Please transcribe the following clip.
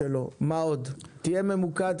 אתם אנשי המקצוע.